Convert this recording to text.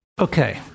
Okay